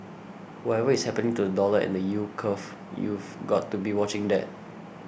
whatever is happening to the dollar and the yield curve you've got to be watching that